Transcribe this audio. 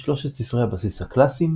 עם שלושת ספרי הבסיס הקלאסיים,